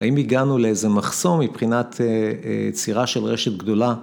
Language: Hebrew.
האם הגענו לאיזה מחסום מבחינת יצירה של רשת גדולה?